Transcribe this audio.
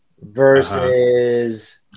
versus